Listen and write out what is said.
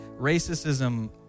racism